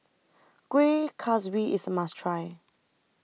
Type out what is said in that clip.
Kuih Kaswi IS A must Try